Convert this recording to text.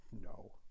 No